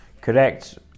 correct